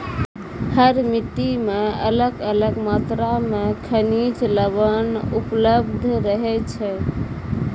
हर मिट्टी मॅ अलग अलग मात्रा मॅ खनिज लवण उपलब्ध रहै छै